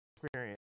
experience